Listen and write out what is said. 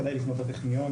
שכדאי לפנות לטכניון,